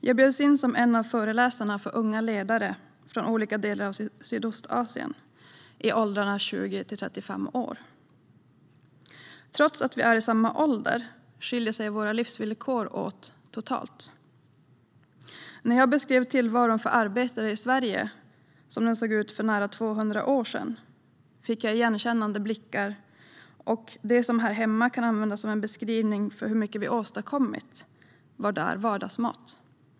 Jag bjöds in som en av föreläsarna för unga ledare från olika delar av Sydostasien i åldrarna 20-35 år. Trots att vi är i samma ålder skiljer sig våra livsvillkor åt totalt. När jag beskrev tillvaron för arbetare i Sverige, som de såg ut för nära 200 år sedan, fick jag igenkännande blickar. Och det som här hemma kan användas som en beskrivning av hur mycket vi åstadkommit var där vardagsmat.